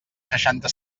seixanta